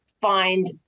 find